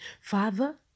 Father